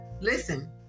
listen